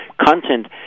content